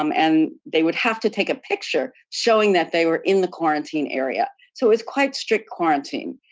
um and they would have to take a picture showing that they were in the quarantine area, so it was quite strict quarantine.